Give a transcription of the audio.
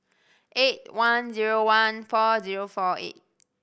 eight one zero one four zero four eight